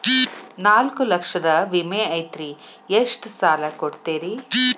ನಾಲ್ಕು ಲಕ್ಷದ ವಿಮೆ ಐತ್ರಿ ಎಷ್ಟ ಸಾಲ ಕೊಡ್ತೇರಿ?